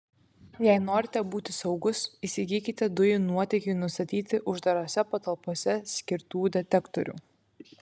jei norite būti saugūs įsigykite dujų nuotėkiui nustatyti uždarose patalpose skirtų detektorių